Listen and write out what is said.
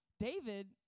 David